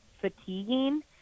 fatiguing